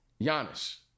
Giannis